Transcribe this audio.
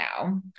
now